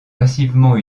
massivement